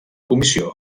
comissió